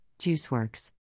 JuiceWorks